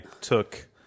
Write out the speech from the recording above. took